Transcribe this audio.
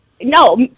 No